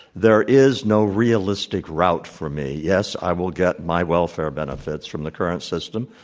there is no realistic route for me. yes, i will get my welfare benefits from the current system.